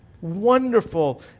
wonderful